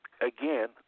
again